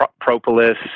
propolis